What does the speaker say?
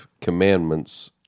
commandments